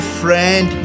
friend